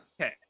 okay